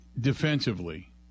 defensively